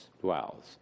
dwells